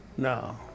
No